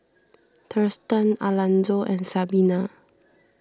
Thurston Alanzo and Sabina